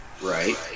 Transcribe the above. Right